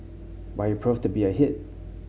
but he proved to be a hit